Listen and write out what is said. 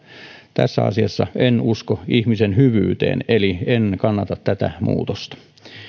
tässä asiassa en usko ihmisen hyvyyteen eli en kannata tätä muutosta